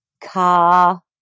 car